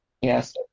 Yes